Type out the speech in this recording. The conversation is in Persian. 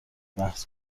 بحث